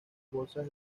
bolsas